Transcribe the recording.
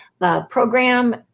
program